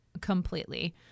Completely